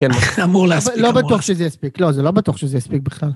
אמור להספיק לא בטוח שזה יספיק לא זה לא בטוח שזה יספיק בכלל.